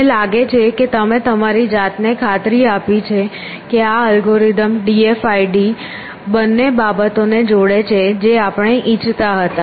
મને લાગે છે કે તમે તમારી જાતને ખાતરી આપી છે કે આ algorithm d f i d બંને બાબતોને જોડે છે જે આપણે ઇચ્છતા હતા